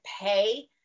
pay